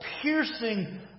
piercing